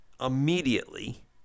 immediately